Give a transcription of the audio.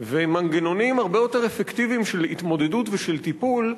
ומנגנונים הרבה יותר אפקטיביים של התמודדות וטיפול,